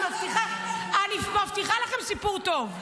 אני מבטיחה לכם סיפור טוב.